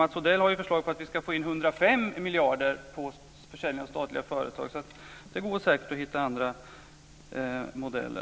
Mats Odell har ju förslag på att vi ska få in 105 miljarder på försäljning av statliga företag. Det går säkert att hitta andra modeller.